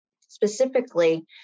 specifically